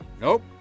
nope